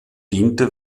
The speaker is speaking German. diente